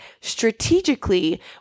strategically